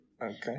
Okay